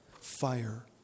fire